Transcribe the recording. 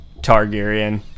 Targaryen